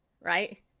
right